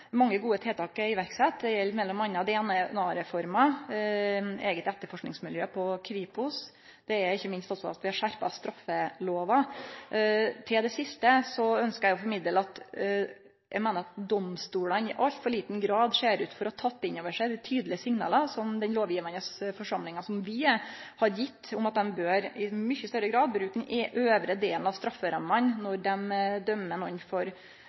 Mange gode tiltak er iverksette, det gjeld m.a. DNA-reforma, eit eige etterforskingsmiljø i Kripos og ikkje minst at vi også har skjerpa straffelova. Til det siste ønskjer eg å formidle at eg meiner domstolane i altfor liten grad ser ut til å ha teke inn over seg dei tydelege signala som den lovgivande forsamlinga, som vi er, har gitt om at dei bør i mykje større grad bruke den øvre delen av strafferammene når dei dømmer nokon for